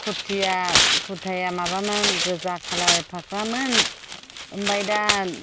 खुरथिया खुरथाया माबामोन गोजा कालार फाख्रामोन ओमफ्राय दा